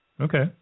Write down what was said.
Okay